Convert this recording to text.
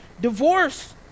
divorce